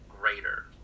Greater